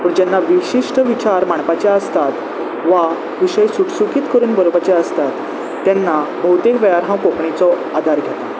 पूण जेन्ना विशिश्ट विचार मांडपाचे आसतात वा विशय सुटसुकीत करून बरवपाचे आसतात तेन्ना भोवतेक वेळार हांव कोंकणीचो आदार घेता